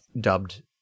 dubbed